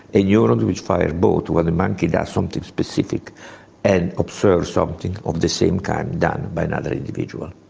neurons which fire both when the monkey does something specific and observes something of the same kind done by another individual.